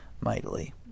mightily